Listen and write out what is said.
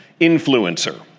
influencer